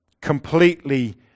completely